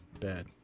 bad